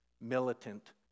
militant